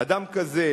אדם כזה,